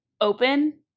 open